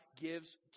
gives